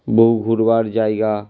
বহু ঘুরবার জায়গা